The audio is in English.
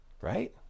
right